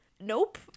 Nope